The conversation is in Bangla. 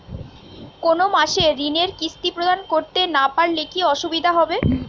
কোনো মাসে ঋণের কিস্তি প্রদান করতে না পারলে কি অসুবিধা হবে?